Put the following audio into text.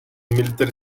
military